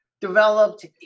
developed